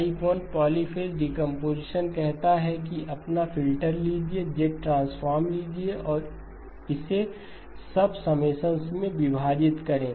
type 1 polyphase decomposition कहता है कि अपना फ़िल्टर लीजिए z ट्रांसफार्म लीजिए और इसे सब सम्मेशनस में विभाजित करें